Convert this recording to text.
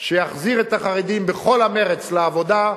שיחזיר את החרדים בכל המרץ לעבודה,